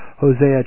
Hosea